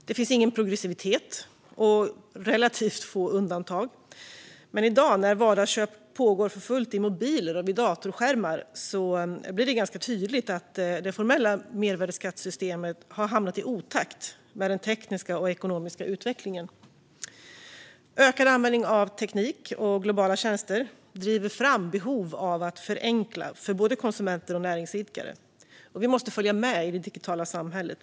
Det finns ingen progressivitet, och undantagen är relativt få. I dag när vardagsköp pågår för fullt i mobiler och vid datorskärmar blir det dock tydligt att det formella mervärdesskattesystemet har hamnat i otakt med den tekniska och ekonomiska utvecklingen. Ökad användning av teknik och globala tjänster driver fram behov av att förenkla för både konsumenter och näringsidkare. Vi måste följa med i det digitala samhället.